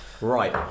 Right